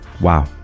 Wow